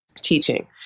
teaching